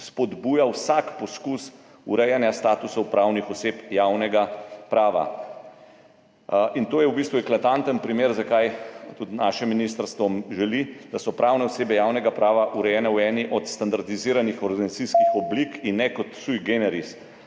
spodbuja vsak poskus urejanja statusov pravnih oseb javnega prava. In to je v bistvu eklatanten primer, zakaj tudi naše ministrstvo želi, da so pravne osebe javnega prava urejene v eni od standardiziranih organizacijskih oblik in ne kot sui generis,